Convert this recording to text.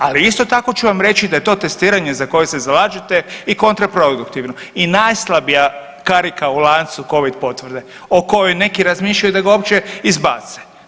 Ali isto tako ću vam reći da je to testiranje za koje se zalažete i kontraproduktivno i najslabija karika u lancu Covid potvrde o kojoj neki razmišljaju da ga uopće izbace.